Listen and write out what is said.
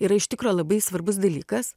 yra iš tikro labai svarbus dalykas